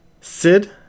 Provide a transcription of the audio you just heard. Sid